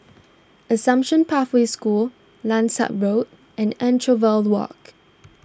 Assumption Pathway School Langsat Road and Anchorvale Walk